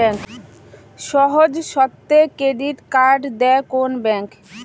সহজ শর্তে credit card দেয় কোন ব্যাংক?